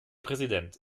präsident